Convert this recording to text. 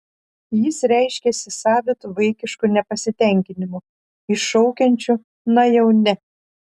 jis reiškiasi savitu vaikišku nepasitenkinimu iššaukiančiu na jau ne